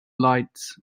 lights